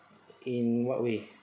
in what way